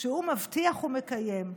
וכשהוא מבטיח הוא מקיים,